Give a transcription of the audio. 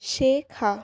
শেখা